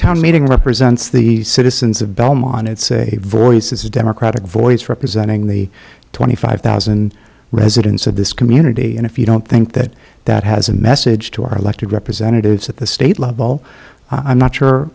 town meeting represents the citizens of belmont it's a voice is a democratic voice representing the twenty five thousand residents of this community and if you don't think that that has a message to our elected representatives at the state level i'm not sure